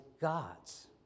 God's